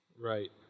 Right